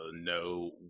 no